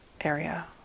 area